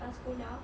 lepas sekolah